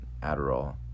Adderall